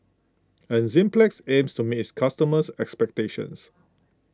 Enzyplex aims to meet its customers' expectations